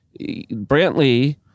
Brantley